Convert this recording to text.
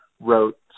wrote